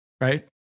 right